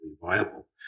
viable